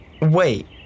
Wait